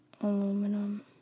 aluminum